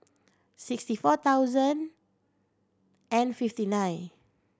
sixty four thousand and fifty nine